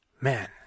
Man